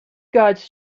gods